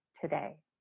today